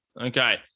Okay